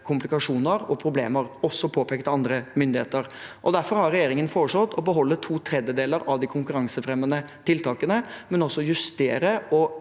komplikasjoner og problemer, også påpekt av andre myndigheter. Derfor har regjeringen foreslått å beholde to tredjedeler av de konkurransefremmende tiltakene, men også justere og